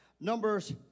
Numbers